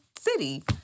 city